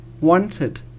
wanted